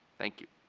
thank you.